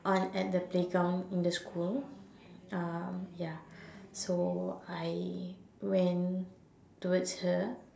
on at the playground in the school um ya so I went towards her